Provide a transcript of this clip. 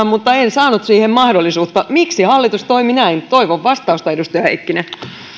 mutta en saanut siihen mahdollisuutta miksi hallitus toimi näin toivon vastausta edustaja heikkinen